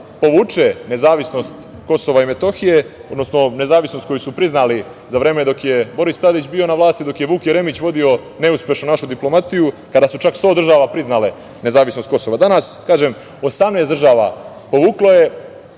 povuče nezavisnost KiM, odnosno nezavisnost koju su priznali za vreme dok je Boris Tadić bio na vlasti, dok je Vuk Jeremić vodio neuspešno našu diplomatiju, kada je čak 100 država priznale nezavisnost Kosova. Do danas 18 država povuklo je